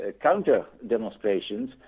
counter-demonstrations